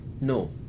No